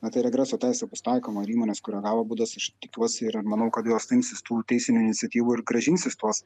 na tai regreso teisė bus taikoma ir įmonės kurie gavo baudas aš tikiuosi ir manau kad jos imsis tų teisinių iniciatyvų ir grąžinsis tuos